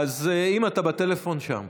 אז אם אתה בטלפון, שם.